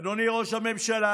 אדוני ראש הממשלה,